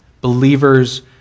believers